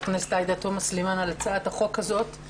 הכנסת עאידה תומא סלימאן על הצעת החוק הזאת.